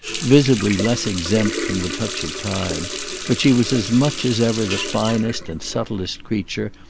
visibly less exempt from the touch of time but she was as much as ever the finest and subtlest creature,